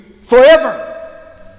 forever